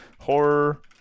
Horror